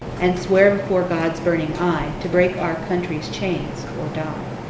and swear before god's burning eye, to break our country's chains or die.